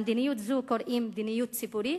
למדיניות זו קוראים מדיניות ציבורית?